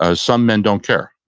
ah some men don't care.